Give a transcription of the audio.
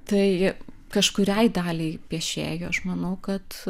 tai kažkuriai daliai piešėjų aš manau kad